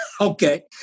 Okay